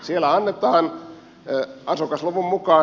siellä annetaan asukasluvun mukaan